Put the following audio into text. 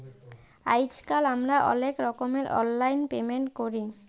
আইজকাল আমরা অলেক রকমের অললাইল পেমেল্ট ক্যরি